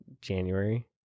January